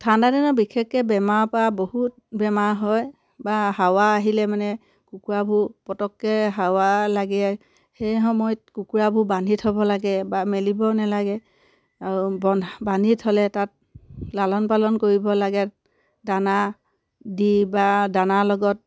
ঠাণ্ডাদিনত বিশেষকৈ বেমাৰৰ পৰা বহুত বেমাৰ হয় বা হাৱা আহিলে মানে কুকুৰাবোৰ পটককে হাৱা লাগে সেই সময়ত কুকুৰাবোৰ বান্ধি থ'ব লাগে বা মেলিব নালাগে বন্ধা বান্ধি থ'লে তাত লালন পালন কৰিব লাগে দানা দি বা দানাৰ লগত